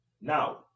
now